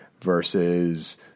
Versus